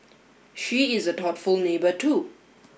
she is a thoughtful neighbour too